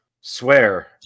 swear